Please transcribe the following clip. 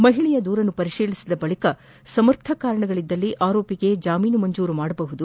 ಮಹಿಳೆಯ ದೂರನ್ನು ಪರಿತೀಲಿಸಿದ ಬಳಿಕ ಸಮರ್ಥ ಕಾರಣಗಳಿದ್ದರೆ ಆರೋಪಿಗೆ ಜಾಮೀನು ಮಂಜೂರು ಮಾಡಬಹುದಾಗಿದೆ